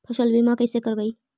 फसल बीमा कैसे करबइ?